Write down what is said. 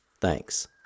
Thanks